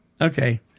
Okay